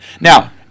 Now